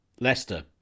Leicester